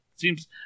seems